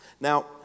Now